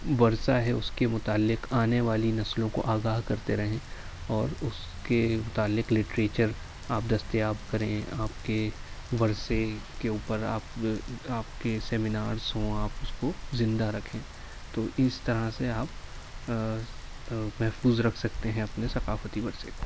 ورثہ ہے اس کے متعلق آنے والی نسلوں کو آگاہ کرتے رہیں اور اس کے متعلق لٹریچر آپ دستیاب کریں آپ کے ورثے کے اوپر آپ آپ کے سیمینارس ہوں آپ اس کو زندہ رکھیں تو اس طرح سے آپ محفوظ رکھ سکتے ہیں اپنے ثقافتی ورثے کو